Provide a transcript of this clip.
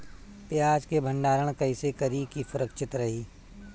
प्याज के भंडारण कइसे करी की सुरक्षित रही?